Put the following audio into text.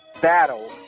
battle